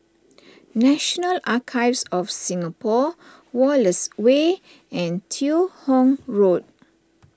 National Archives of Singapore Wallace Way and Teo Hong Road